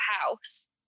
house